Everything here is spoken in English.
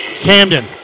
Camden